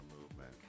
movement